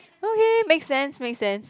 okay make sense make sense